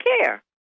care